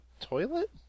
toilet